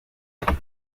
event